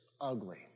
ugly